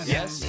Yes